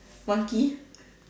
monkey